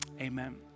Amen